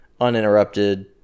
uninterrupted